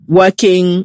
working